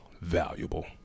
valuable